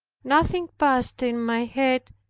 nothing passed in my head,